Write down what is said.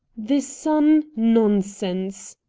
the son, nonsense!